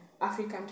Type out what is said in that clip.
African